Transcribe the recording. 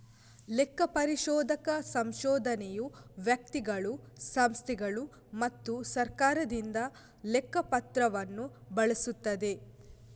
ಲೆಕ್ಕ ಪರಿಶೋಧಕ ಸಂಶೋಧನೆಯು ವ್ಯಕ್ತಿಗಳು, ಸಂಸ್ಥೆಗಳು ಮತ್ತು ಸರ್ಕಾರದಿಂದ ಲೆಕ್ಕ ಪತ್ರವನ್ನು ಬಳಸುತ್ತದೆ